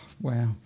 wow